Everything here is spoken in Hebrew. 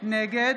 נגד